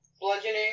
bludgeoning